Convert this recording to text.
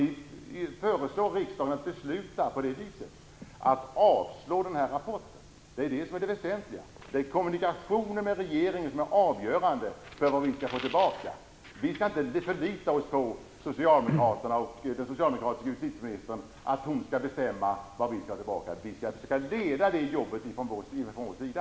Ni föreslår att riksdagen skall besluta att avslå rapporten. Det är det väsentliga. Kommunikationen med regeringen är avgörande för vad vi skall få tillbaka. Vi skall inte förlita oss på Socialdemokraterna och på att den socialdemokratiska justitieministern skall bestämma vad vi skall ha tillbaka. Vi skall försöka leda det jobbet från vår sida.